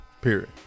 Period